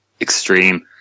extreme